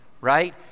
Right